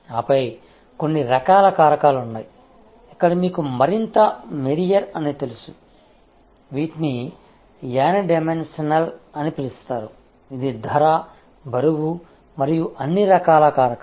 ఆపై కొన్ని రకాల కారకాలు ఉన్నాయి ఇక్కడ మీకు మరింత మెరియర్ అని తెలుసు వీటిని యూనిడెమెన్షనల్ అని పిలుస్తారు ఇది ధర బరువు మరియు అన్ని రకాల కారకాలు